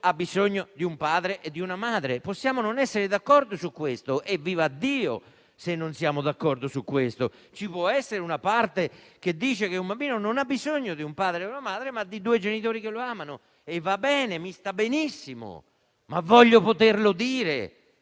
ha bisogno di un padre e di una madre. Possiamo non essere d'accordo su questo: vivaddio se non siamo d'accordo su questo! Ci può essere una parte che dice che un bambino non ha bisogno di un padre e una madre, ma di due genitori che lo amano. Va bene, mi sta benissimo, ma voglio poterlo dire,